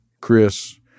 Chris